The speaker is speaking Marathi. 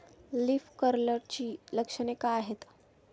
लीफ कर्लची लक्षणे काय आहेत?